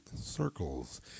circles